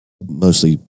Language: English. mostly